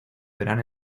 verán